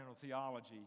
theology